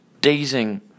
dazing